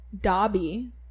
dobby